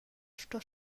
sto